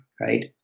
right